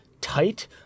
tight